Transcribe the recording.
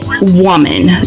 woman